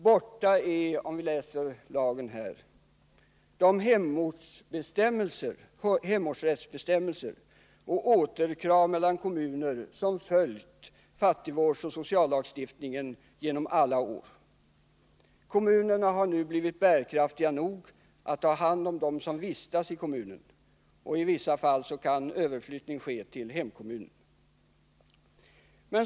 Borta är — om man läser lagförslaget — de hemortsrättsbestämmelser och återkrav mellan kommuner som följt fattigvårdsoch sociallagstiftningen genom alla år. Kommunerna har nu blivit bärkraftiga nog att ta hand om dem som vistas i kommunen. I vissa fall kan överflyttning ske till hemkommunen.